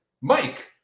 Mike